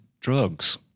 drugs